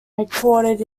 headquartered